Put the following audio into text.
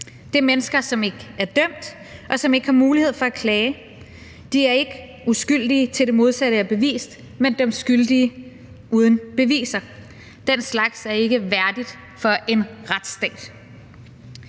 Det er mennesker, som ikke er dømt, og som ikke har mulighed for at klage. De er ikke uskyldige, til det modsatte er bevist, men dømt skyldige uden beviser. Den slags er ikke værdigt for en retsstat.